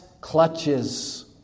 clutches